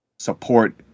Support